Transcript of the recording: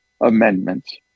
amendments